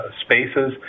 spaces